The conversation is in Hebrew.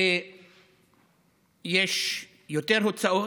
ויש יותר הוצאות.